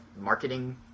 marketing